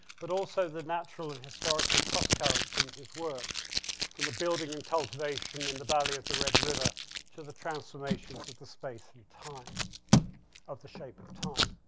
but also the natural and historical crosscurrents in his work from the building and cultivation in the valley of the red river to the transformations of the space and time of the shape of time.